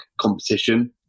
competition